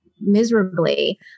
Miserably